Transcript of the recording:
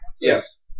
Yes